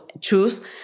choose